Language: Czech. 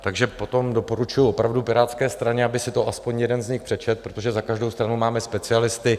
Takže potom doporučuji opravdu Pirátské straně, aby si to aspoň jeden z nich přečetl, protože za každou stranu máme specialisty.